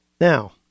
Now